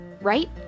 right